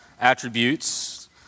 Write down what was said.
attributes